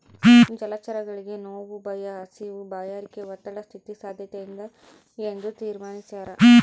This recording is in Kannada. ಜಲಚರಗಳಿಗೆ ನೋವು ಭಯ ಹಸಿವು ಬಾಯಾರಿಕೆ ಒತ್ತಡ ಸ್ಥಿತಿ ಸಾದ್ಯತೆಯಿಂದ ಎಂದು ತೀರ್ಮಾನಿಸ್ಯಾರ